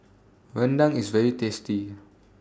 Rendang IS very tasty